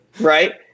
right